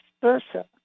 versa